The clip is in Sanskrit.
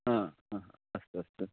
आ हा अस्तु अस्तु